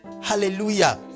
hallelujah